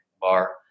Bar